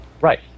Right